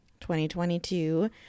2022